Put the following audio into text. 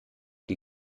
die